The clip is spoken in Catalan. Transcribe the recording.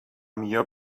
millor